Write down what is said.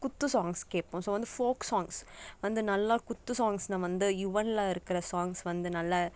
குத்து சாங்ஸ் கேட்போம் ஸோ வந்து ஃபோல்க் சாங்ஸ் வந்து நல்லா குத்து சாங்ஸுனா வந்து யுவனில் இருக்கிற சாங்ஸ் வந்து நல்லா